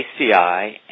ACI